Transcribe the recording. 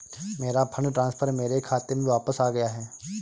मेरा fund transfer मेरे खाते में वापस आ गया है